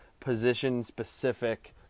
position-specific